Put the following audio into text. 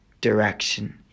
direction